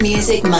Music